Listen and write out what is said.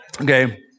Okay